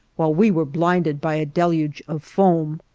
while we were blinded by a deluge of foam.